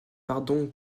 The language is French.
pardon